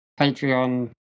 Patreon